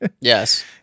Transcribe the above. Yes